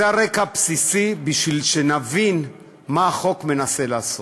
זה הרקע הבסיסי, בשביל שנבין מה החוק מנסה לעשות.